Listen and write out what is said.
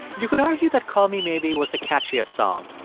you could argue that call me maybe was a catchier song.